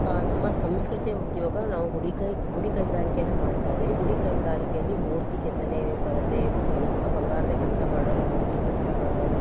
ನಮ್ಮ ಸಂಸ್ಕೃತಿಯ ಉದ್ಯೋಗ ನಾವು ಗುಡಿ ಕೈಗ ಗುಡಿ ಕೈಗಾರಿಕೆಯನ್ನು ಮಾಡ್ತಾಯಿದ್ದೀವಿ ಗುಡಿ ಕೈಗಾರಿಕೆಯಲ್ಲಿ ಮೂರ್ತಿ ಕೆತ್ತನೆ ಬರುತ್ತೆ ಬಂಗಾರದ ಕೆಲಸ ಮಾಡೋರು ಮಡಿಕೆ ಕೆಲಸ ಮಾಡೋರು